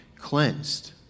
cleansed